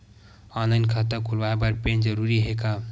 Online खाता खुलवाय बर पैन जरूरी हे का?